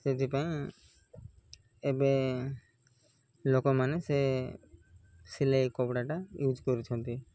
ସେଥିପାଇଁ ଏବେ ଲୋକମାନେ ସେ ସିଲେଇ କପଡ଼ାଟା ୟୁଜ୍ କରୁଛନ୍ତି